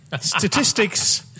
statistics